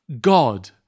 God